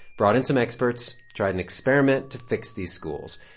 brought in some experts tried an experiment to fix these schools,